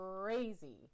Crazy